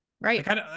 Right